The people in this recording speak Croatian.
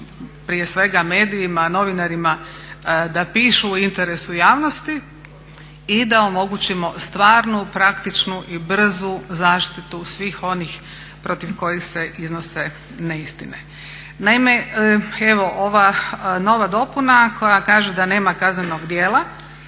prije svega medijima, novinarima da pišu u interesu javnosti i da omogućimo stvarnu, praktičnu i brzu zaštitu svih onih protiv kojih se iznose neistine. Naime, evo ova nova dopuna koja kaže da nema kaznenog djela